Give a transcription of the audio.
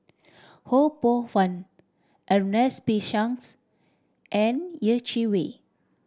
Ho Poh Fun Ernest P Shanks and Yeh Chi Wei